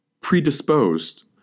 predisposed